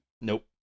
Nope